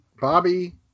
Bobby